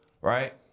right